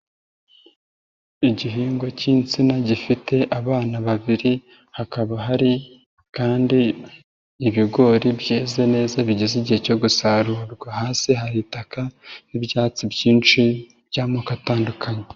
Igihingwa k'insina gifite abana babiri, hakaba hari kandi ibigori byeze neza bigeze igihe cyo gusarurwa. Hasi hari itaka n'ibyatsi byinshi by'amoko atandukanye.